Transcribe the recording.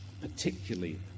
particularly